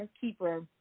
Keeper